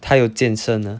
她有健身的